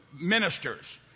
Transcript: ministers